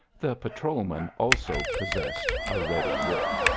the patrolman also possessed a ready wit.